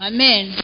Amen